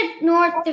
North